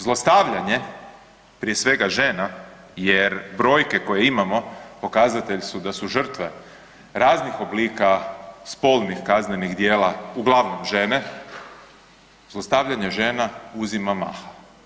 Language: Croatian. Zlostavljanje, prije svega žena jer brojke koje imamo pokazatelj su da su žrtve raznih oblika spolnih kaznenih djela uglavnom žene, zlostavljanje žena uzima maha.